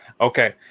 Okay